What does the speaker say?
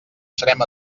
serem